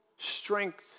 strength